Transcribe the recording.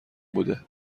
بوده